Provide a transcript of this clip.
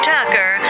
Tucker